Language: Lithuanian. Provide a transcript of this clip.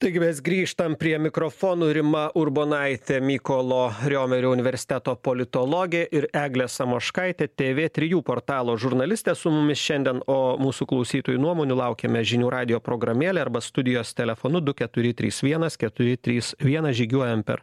taigi mes grįžtam prie mikrofonų rima urbonaitė mykolo riomerio universiteto politologė ir eglė samoškaitė tv trijų portalo žurnalistė su mumis šiandien o mūsų klausytojų nuomonių laukiame žinių radijo programėlėj arba studijos telefonu du keturi trys vienas keturi trys vienas žygiuojam per